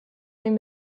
behin